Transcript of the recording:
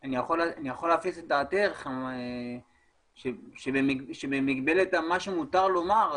אני יכול להפיס את דעתך ולומר במגבלת מה שמותר לומר,